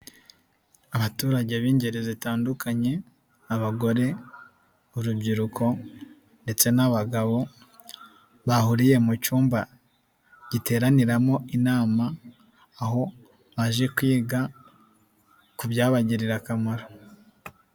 Abaturage b'ingeri zitandukanye, abagore, urubyiruko ndetse n'abagabo, bahuriye mu cyumba giteraniramo inama, aho baje kwiga ku byabagirira akamaro.